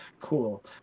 Cool